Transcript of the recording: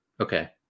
Okay